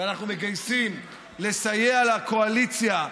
ואנחנו מגייסים לסייע לקואליציה,